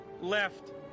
left